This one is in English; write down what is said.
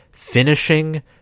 Finishing